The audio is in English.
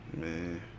man